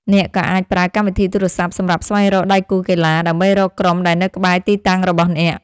អ្នកក៏អាចប្រើកម្មវិធីទូរស័ព្ទសម្រាប់ស្វែងរកដៃគូកីឡា ដើម្បីរកក្រុមដែលនៅក្បែរទីតាំងរបស់អ្នក។